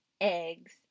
eggs